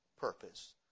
purpose